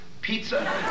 Pizza